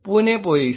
Pune police